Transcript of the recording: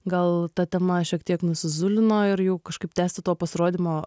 gal ta tema šiek tiek nuzulino ir jau kažkaip tęsti to pasirodymo